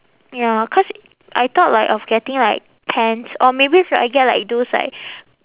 ya cause I thought like of getting like pants or maybe should I get like those like